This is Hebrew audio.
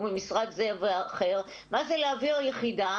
ממשרד זה או אחר מה זה להעביר יחידה